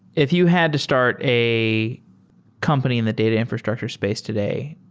if you had to start a company in the data infrastructure space today,